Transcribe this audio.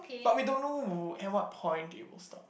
but we don't know at what point it will stop